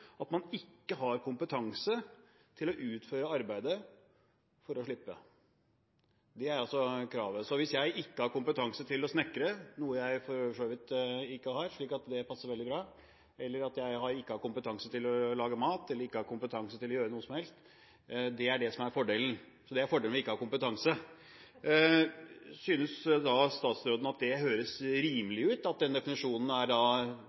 at man ikke har kompetanse til å utføre arbeidet, for å slippe. Det er altså kravet. Så hvis jeg ikke har kompetanse til å snekre, noe jeg for så vidt ikke har, så det passer veldig bra, eller at jeg ikke har kompetanse til å lage mat – eller ikke har kompetanse til å gjøre noe som helst – er det en fordel. Det er fordelen ved ikke å ha kompetanse. Synes statsråden at det høres rimelig ut, at den definisjonen er